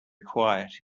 quiet